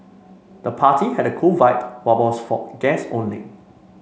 the party had a cool vibe but was for guests only